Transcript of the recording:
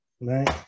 Right